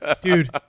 dude